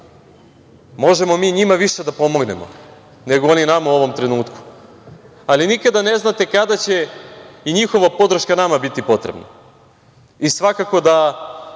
možemo mi njima više da pomognemo, nego oni nama u ovom trenutku, ali nikada ne znate kada će i njihova podrška biti potrebna nama. Svakako,